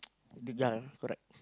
the ya correct